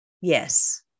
Yes